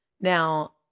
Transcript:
Now